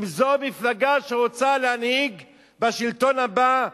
אם זו המפלגה שרוצה להנהיג בשלטון הבא,